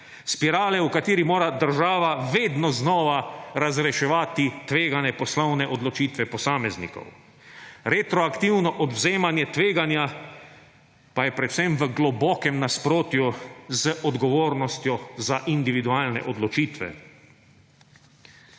spirale, v kateri mora država vedno znova razreševati tvegane poslovne odločitve posameznikov. Retroaktivno odvzemanje tveganja pa je predvsem v globokem nasprotju z odgovornostjo za individualne odločitve.